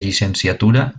llicenciatura